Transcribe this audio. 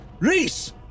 Reese